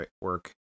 work